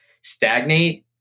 stagnate